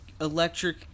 electric